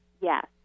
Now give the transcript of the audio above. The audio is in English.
Yes